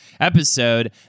Episode